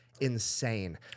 insane